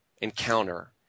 encounter